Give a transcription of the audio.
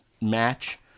match